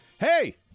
Hey